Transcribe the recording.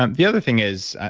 um the other thing is, i